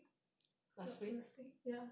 last last week ya